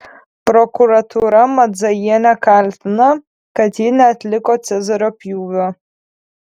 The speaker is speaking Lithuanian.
prokuratūra madzajienę kaltina kad ji neatliko cezario pjūvio